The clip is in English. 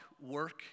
work